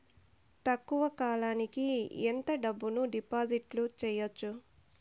తక్కువ కాలానికి ఎంత డబ్బును డిపాజిట్లు చేయొచ్చు?